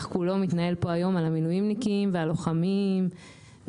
כולו מתנהל פה היום על המילואימניקים והלוחמים והמפקדים,